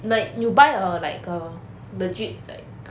like you buy a like a legit like